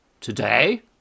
today